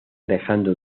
dejando